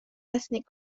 ethnic